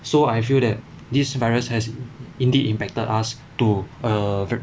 so I feel that this virus has indeed impacted us to err